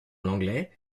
l’anglais